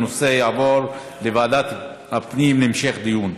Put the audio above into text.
הנושא יעבור לוועדת הפנים להמשך דיון.